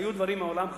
והיו דברים מעולם,